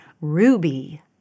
Ruby